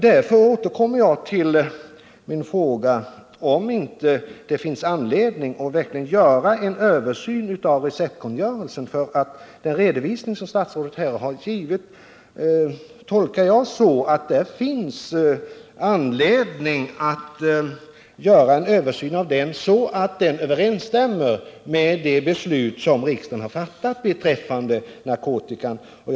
Därför återkommer jag till min fråga om statsrådet anser att det finns anledning att göra en översyn av receptkungörelsen. Den redovisning som statsrådet här har givit tolkar jag så, att det finns anledning att göra en översyn av receptkungörelsen, så att den överensstämmer med det beslut som riksdagen har fattat beträffande narkotikaproblemet.